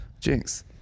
Jinx